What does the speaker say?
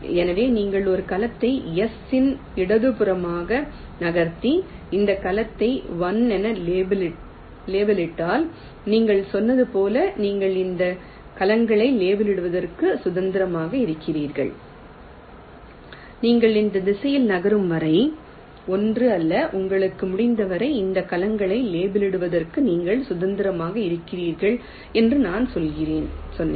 எனவே நீங்கள் ஒரு கலத்தை S இன் இடதுபுறமாக நகர்த்தி இந்த கலத்தை 1 என லேபிளிட்டால் நீங்கள் சொன்னது போல் நீங்கள் இந்த கலங்களை லேபிளிடுவதற்கு சுதந்திரமாக இருக்கிறீர்கள் நீங்கள் இந்த திசையில் நகரும் வரை ஒன்று அல்ல உங்களால் முடிந்தவரை இந்த கலங்களை லேபிளிடுவதற்கு நீங்கள் சுதந்திரமாக இருக்கிறீர்கள் என்று நான் சொன்னேன்